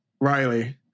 Riley